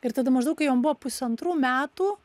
ir tada maždaug kai jom buvo pusantrų metų